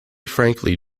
frankly